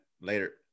later